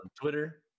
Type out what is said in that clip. Twitter